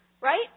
Right